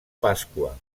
pasqua